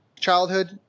Childhood